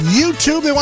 YouTube